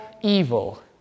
evil